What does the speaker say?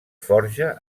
forja